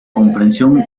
comprensión